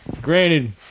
Granted